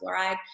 fluoride